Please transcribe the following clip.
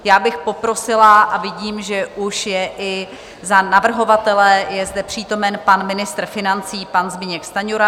Já bych poprosila, a vidím, že už je i za navrhovatele zde přítomen pan ministr financí, pan Zbyněk Stanjura.